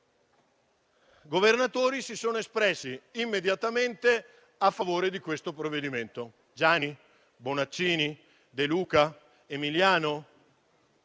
Governatori si sono espressi immediatamente a favore del provvedimento: Giani, Bonaccini, De Luca o Emiliano.